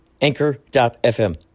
Anchor.fm